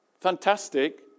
Fantastic